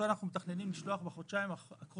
לגבי סיעודיים,